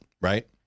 right